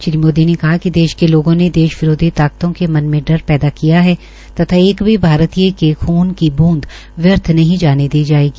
श्री मोदी ने कहा कि देश के लोगों ने देश विरोधी ताकतों के मन में डर पैदा किया है तथा एक भी भारतीय के खून की बूंद व्यर्थ नहीं जाने दी जायेगी